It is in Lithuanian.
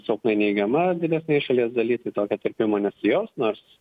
silpnai neigiama didesnėj šalies daly tai tokio tirpimo nesijaus nors